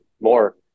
more